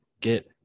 get